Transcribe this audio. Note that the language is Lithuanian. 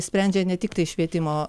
sprendžia ne tiktai švietimo